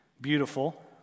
Beautiful